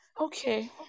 Okay